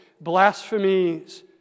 blasphemies